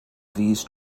these